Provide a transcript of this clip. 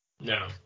No